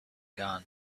gone